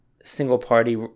single-party